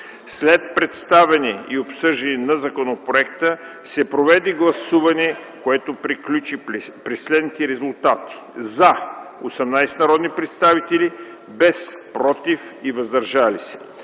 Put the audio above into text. След представяне и обсъждане на законопроекта се проведе гласуване, което приключи при следните резултати: „за” – 18 народни представители, без „против” и „въздържали се”.